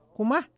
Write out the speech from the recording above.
Kuma